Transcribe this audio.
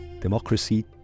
democracy